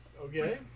Okay